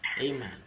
Amen